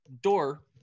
door